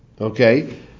Okay